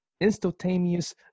instantaneous